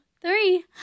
three